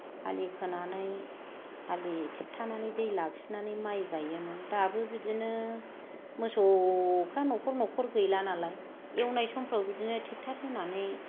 आलि खोनानै आलि थेबथानानै दै लाखिनानै माइ गायोमोन दाबो बिदिनो मोसौफ्रा न'खर न'खर गैला नालाय एवनाय समफोराव बिदिनो ट्रेक्टर होनानै